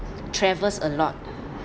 travels a lot